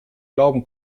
glauben